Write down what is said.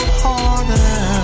harder